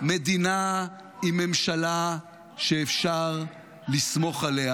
מדינה עם ממשלה שאפשר לסמוך עליה